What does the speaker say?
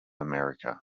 america